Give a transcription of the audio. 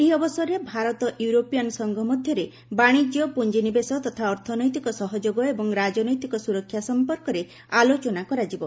ଏହି ଅବସରରେ ଭାରତ ୟୁରୋପିଆନ୍ ସଂଘ ମଧ୍ୟରେ ବାଣିଜ୍ୟ ପୁଞ୍ଜିନିବେଶ ତଥା ଅର୍ଥନୈତିକ ସହଯୋଗ ଏବଂ ରାଜନୈତିକ ସୁରକ୍ଷା ସଫପର୍କରେ ଆଲୋଚନା କରାଯିବ